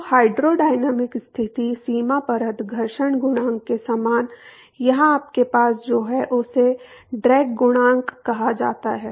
तो हाइड्रोडायनामिक स्थिति सीमा परत घर्षण गुणांक के समान यहां आपके पास जो है उसे ड्रैग गुणांक कहा जाता है